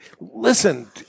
listen